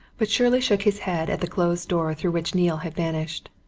but shirley shook his head at the closed door through which neale had vanished.